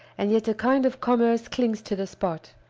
and yet a kind of commerce clings to the spot.